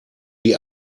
die